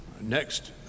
Next